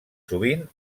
sovint